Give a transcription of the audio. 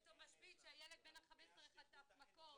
לא ראיתי אותו משבית כשהילד בן ה-15 חטף מהמכות.